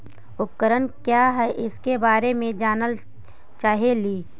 उपकरण क्या है इसके बारे मे जानल चाहेली?